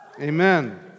Amen